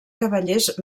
cavallers